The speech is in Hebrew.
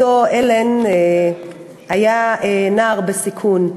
אותו אלן היה נער בסיכון,